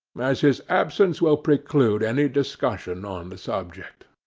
as his absence will preclude any discussion on the subject.